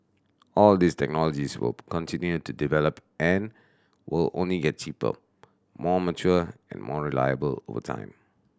all these technologies will continue to develop and will only get cheaper more mature and more reliable over time